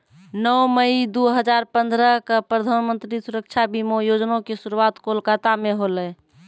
नौ मई दू हजार पंद्रह क प्रधानमन्त्री सुरक्षा बीमा योजना के शुरुआत कोलकाता मे होलै